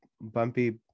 bumpy